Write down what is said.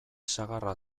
sagarra